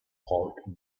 parked